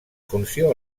funció